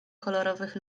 kolorowych